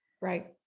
Right